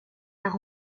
part